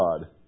God